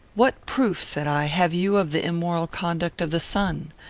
what proof, said i, have you of the immoral conduct of the son?